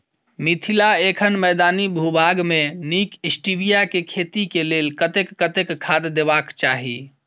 मिथिला एखन मैदानी भूभाग मे नीक स्टीबिया केँ खेती केँ लेल कतेक कतेक खाद देबाक चाहि?